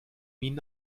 minen